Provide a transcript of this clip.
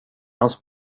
hans